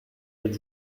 belle